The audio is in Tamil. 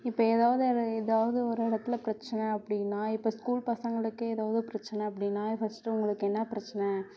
இப்போ எதாவது அது எதாவது ஒரு இடத்தில் பிரச்சனை அப்படினா இப்போ ஸ்கூல் பசங்களுக்கே எதாவது பிரச்சனை அப்படினா ஃபஸ்ட்டு உங்களுக்கு என்ன பிரச்சனை